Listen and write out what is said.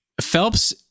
Phelps